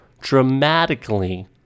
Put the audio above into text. dramatically